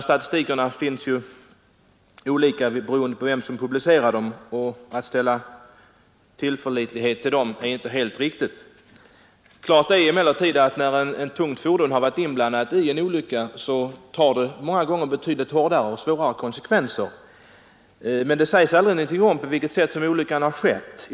Statistiken blir förstås olika beroende på vem som publicerar den. Det är inte säkert att artiklarna är helt tillförlitliga. Klart är emellertid att när ett tungt fordon har varit inblandat i en olycka, så tar det många gånger betydligt hårdare och får svårare konsekvenser, men det sägs aldrig någonting om på vilket sätt olyckan har skett.